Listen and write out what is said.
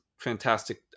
Fantastic